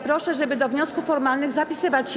Proszę, żeby do wniosków formalnych zapisywać się.